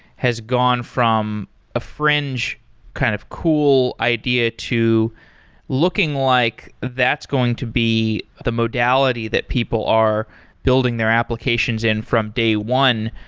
has gone from a fringe kind of cool idea to looking like that's going to be the modality that people are building their applications in from day one,